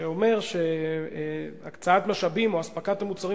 שאומר שהקצאת משאבים או אספקת המוצרים